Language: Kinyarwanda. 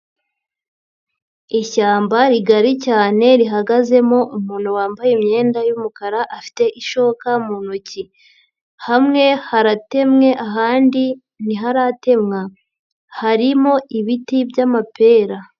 Ishyamba rigari cyane rihagazemo umuntu wambaye imyenda y'umukara afite ishoka mu ntoki, hamwe haratemwe ahandi ntiharatemwa harimo ibiti by'amapera.